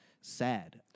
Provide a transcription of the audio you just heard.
sad